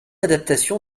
adaptation